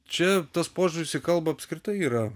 čia tas požiūris į kalbą apskritai yra